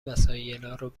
وسایلارو